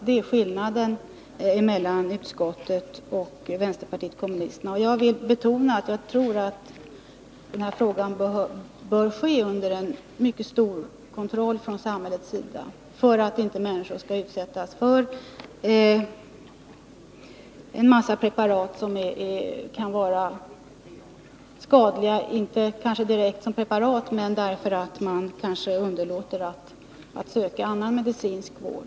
Jag vill betona att sådan här behandling måste ske under en mycket noggrann kontroll från samhällets sida för att människor inte skall utsättas för en massa preparat som kan vara skadliga, kanske inte direkt i sig själva utan därför att man underlåter att söka annan medicinsk vård.